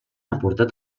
aportat